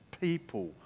people